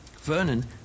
Vernon